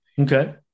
Okay